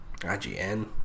IGN